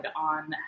on